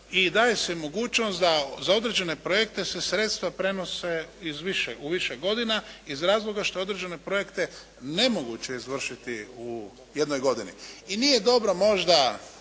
i da je se mogućnost za određene projekte se sredstva prenose u više godina iz razloga što je određene projekte nemoguće izvršiti u jednoj godini. I nije dobro možda